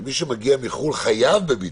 מי שמגיע מחו"ל חייב בבידוד.